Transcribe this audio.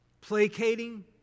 placating